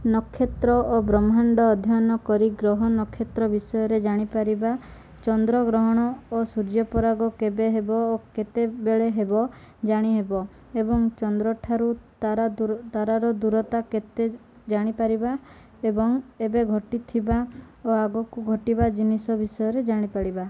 ନକ୍ଷତ୍ର ଓ ବ୍ରହ୍ମାଣ୍ଡ ଅଧ୍ୟୟନ କରି ଗ୍ରହ ନକ୍ଷତ୍ର ବିଷୟରେ ଜାଣିପାରିବା ଚନ୍ଦ୍ରଗ୍ରହଣ ଓ ସୂର୍ଯ୍ୟପରାଗ କେବେ ହେବ ଓ କେତେବେଳେ ହେବ ଜାଣି ହେବ ଏବଂ ଚନ୍ଦ୍ରଠାରୁ ତାରା ତାରାର ଦୂରତା କେତେ ଜାଣିପାରିବା ଏବଂ ଏବେ ଘଟିଥିବା ଓ ଆଗକୁ ଘଟିବା ଜିନିଷ ବିଷୟରେ ଜାଣିପାରିବା